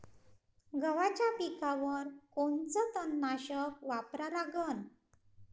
गव्हाच्या पिकावर कोनचं तननाशक वापरा लागन?